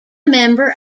member